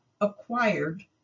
acquired